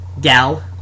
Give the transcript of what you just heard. Gal